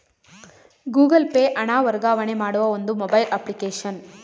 Google Pay ಹಣ ವರ್ಗಾವಣೆ ಮಾಡುವ ಒಂದು ಮೊಬೈಲ್ ಅಪ್ಲಿಕೇಶನ್